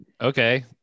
okay